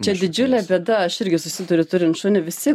čia didžiulė bėda aš irgi susiduriu turint šunį visi